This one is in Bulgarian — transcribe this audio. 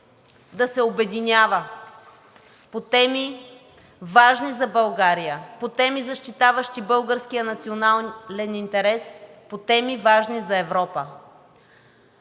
да се обединява по теми, важни за България, по теми, защитаващи българския национален интерес, по теми, важни за Европа.